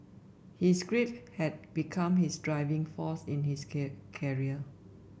his grief had become his driving force in his career